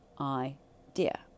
idea